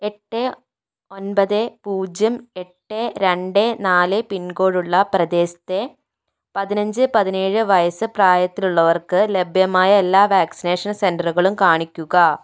എട്ട് ഒൻപത് പൂജ്യം എട്ട് രണ്ട് നാല് പിൻകോഡുള്ള പ്രദേശത്തെ പതിനഞ്ച് പതിനേഴ് വയസ്സ് പ്രായത്തിലുള്ളവർക്ക് ലഭ്യമായ എല്ലാ വാക്സിനേഷൻ സെന്ററുകളും കാണിക്കുക